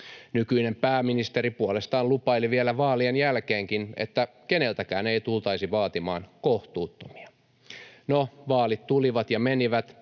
Nykyinen pääministeri puolestaan lupaili vielä vaalien jälkeenkin, että keneltäkään ei tultaisi vaatimaan kohtuuttomia. No, vaalit tulivat ja menivät,